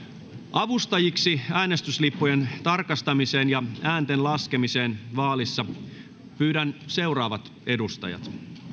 avustajiksi äänestyslippujen tarkastamiseen ja äänten laskemiseen vaalissa pyydän seuraavat edustajat